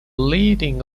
leading